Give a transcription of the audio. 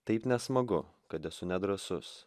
taip nesmagu kad esu nedrąsus